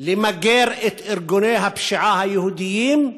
למגר את ארגוני הפשיעה היהודיים,